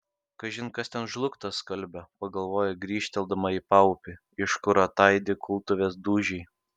kažin kas ten žlugtą skalbia pagalvoja grįžteldama į paupį iš kur ataidi kultuvės dūžiai